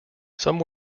some